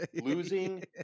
losing